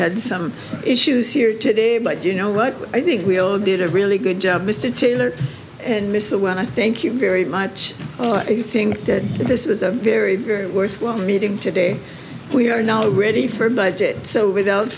had some issues here today but you know what i think we'll did a really good job mr taylor and miss the women thank you very much you think that this is a very very worthwhile meeting today we're no ready for budget so without